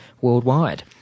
worldwide